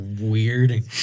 weird